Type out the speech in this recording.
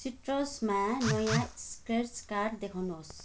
सिट्रसमा नयाँ scratch card देखाउनु होस्